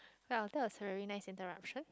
well that was a very nice interruption